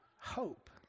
hope